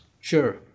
Sure